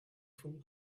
full